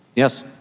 Yes